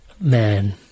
man